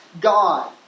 God